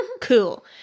Cool